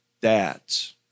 dads